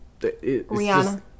Rihanna